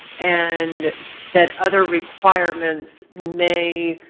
and that other requirements may